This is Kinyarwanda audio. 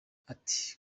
ati